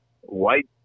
white